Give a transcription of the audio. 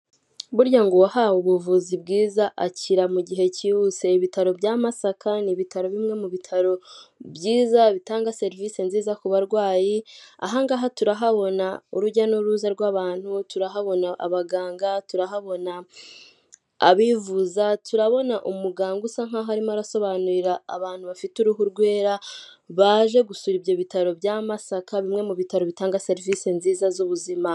U Rwanda rufite intego yo kongera umukamo n'ibikomoka ku matungo, niyo mpamvu amata bayakusanyiriza hamwe, bakayazana muri kigali kugira ngo agurishwe ameze neza yujuje ubuziranenge.